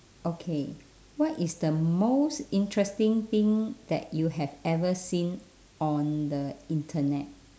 okay what is the most interesting thing that you have ever seen on the internet